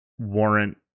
warrant